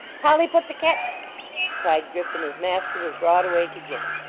polly put the ket cried grip, and his master was broad awake again.